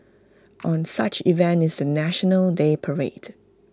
one such event is the National Day parade